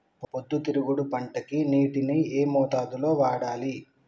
పొద్దుతిరుగుడు పంటకి నీటిని ఏ మోతాదు లో వాడాలి?